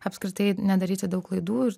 apskritai nedaryti daug klaidų ir